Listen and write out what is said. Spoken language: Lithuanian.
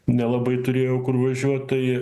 nelabai turėjau kur važiuot tai